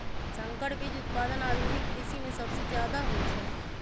संकर बीज उत्पादन आधुनिक कृषि में सबसे जादे होई छई